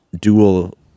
dual